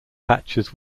patches